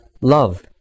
love